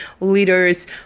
leaders